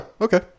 Okay